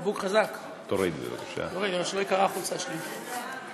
רגע, שלא תיקרע החולצה, שנייה.